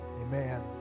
Amen